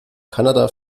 kanada